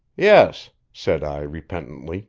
yes, said i repentantly,